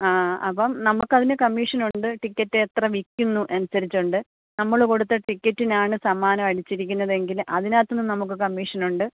ആ അപ്പം നമുക്കതിന് കമ്മീഷനുണ്ട് ടിക്കറ്റെത്ര വിൽക്കുന്നു അനുസരിച്ചു കൊണ്ട് നമ്മള് കൊടുത്ത ടിക്കറ്റിനാണ് സമ്മാനം അടിച്ചിരിക്കുന്നതെങ്കിൽ അതിനകത്ത് നിന്ന് നമുക്ക് കമ്മീഷനുണ്ട്